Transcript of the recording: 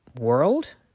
world